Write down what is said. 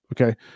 Okay